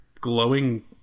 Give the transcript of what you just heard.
glowing